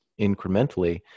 incrementally